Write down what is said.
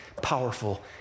Powerful